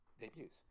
debuts